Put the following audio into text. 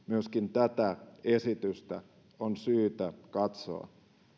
myöskin tätä esitystä on syytä katsoa